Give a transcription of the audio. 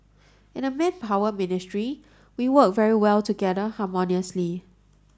in the Manpower Ministry we work very well together harmoniously